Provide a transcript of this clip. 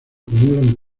acumulan